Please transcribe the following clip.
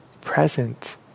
present